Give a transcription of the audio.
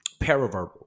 paraverbal